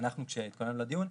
כשאנחנו התכוננו לדיון,